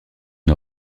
une